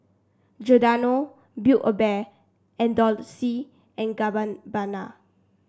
Giordano Build A Bear and Dolce and Gabbana